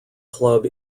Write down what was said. club